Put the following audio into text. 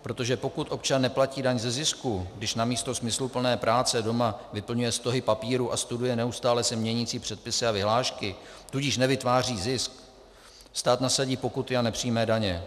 Protože pokud občan neplatí daň ze zisku, když namísto smysluplné práce doma vyplňuje stohy papírů a studuje neustále se měnící předpisy a vyhlášky, tudíž nevytváří zisk, stát nasadí pokuty a nepřímé daně.